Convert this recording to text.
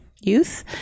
youth